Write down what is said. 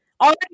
Already